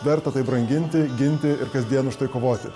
verta branginti ginti ir kasdien už tai kovoti